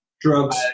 Drugs